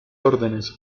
órdenes